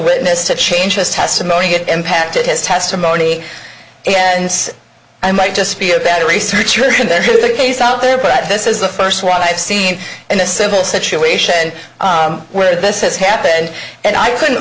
witness to change his testimony get impacted his testimony and i might just be a better researchers and there is a case out there but this is the first one i've seen in a civil situation where this has happened and i couldn't